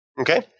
Okay